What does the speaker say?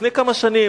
לפני כמה שנים,